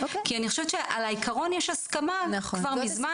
כי אני חושבת שעל העיקרון יש הסכמה כבר מזמן,